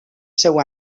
seu